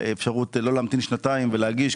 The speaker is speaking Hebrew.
האפשרות לא להמתין שנתיים ולהגיש,